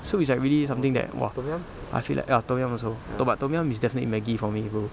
soup is like really something that !wah! I feel like ah tom yum also to~ but tom yum is definitely maggi for me bro